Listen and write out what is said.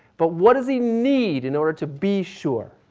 but what does he need in order to be sure?